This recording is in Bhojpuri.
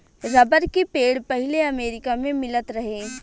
रबर के पेड़ पहिले अमेरिका मे मिलत रहे